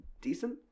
decent